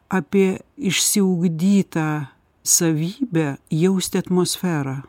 apie išsiugdytą savybę jausti atmosferą